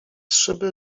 szyby